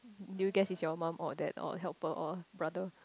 do you guess is your mum or dad or helper or brother